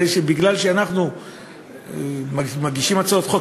מכיוון שאנחנו מגישים הצעות חוק,